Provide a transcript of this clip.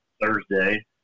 Thursday